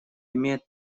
имеет